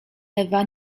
ewa